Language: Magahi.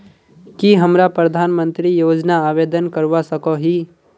की हमरा प्रधानमंत्री योजना आवेदन करवा सकोही?